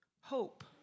hope